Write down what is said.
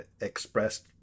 expressed